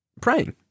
praying